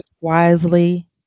wisely